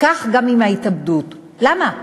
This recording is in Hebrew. כך גם עם ההתאבדות, למה?